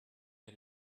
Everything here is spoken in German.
mir